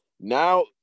now